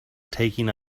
taking